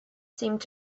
seemed